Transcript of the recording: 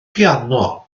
piano